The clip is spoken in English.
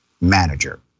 manager